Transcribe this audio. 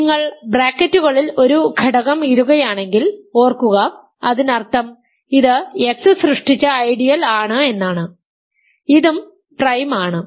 നിങ്ങൾ ബ്രാക്കറ്റുകളിൽ ഒരു ഘടകം ഇടുകയാണെങ്കിൽ ഓർക്കുക അതിനർത്ഥം ഇത് എക്സ് സൃഷ്ടിച്ച ഐഡിയൽ ആണ് എന്നാണ് ഇതും പ്രൈം ആണ്